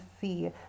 see